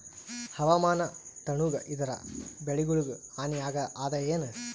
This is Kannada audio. ಹವಾಮಾನ ತಣುಗ ಇದರ ಬೆಳೆಗೊಳಿಗ ಹಾನಿ ಅದಾಯೇನ?